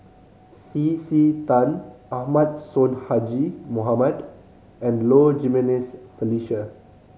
C C Tan Ahmad Sonhadji Mohamad and Low Jimenez Felicia